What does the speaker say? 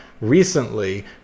recently